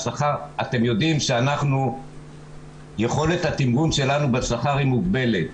אתם יודעים שיכולת התמרון שלנו בשכר היא מוגבלת.